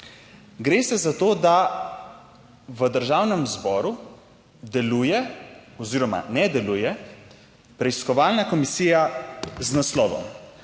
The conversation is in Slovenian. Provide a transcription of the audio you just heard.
Gre se za to, da v Državnem zboru deluje oziroma ne deluje, Preiskovalna komisija z naslovom: